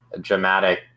dramatic